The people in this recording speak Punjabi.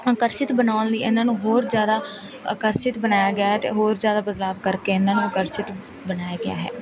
ਆਕਰਸ਼ਿਤ ਬਣਾਉਣ ਲਈ ਇਹਨਾਂ ਨੂੰ ਹੋਰ ਜ਼ਿਆਦਾ ਆਕਰਸ਼ਿਤ ਬਣਾਇਆ ਗਿਆ ਹੈ ਅਤੇ ਹੋਰ ਜ਼ਿਆਦਾ ਬਦਲਾਅ ਕਰਕੇ ਇਹਨਾਂ ਨੂੰ ਆਕਰਸ਼ਿਤ ਬਣਾਇਆ ਗਿਆ ਹੈ